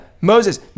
Moses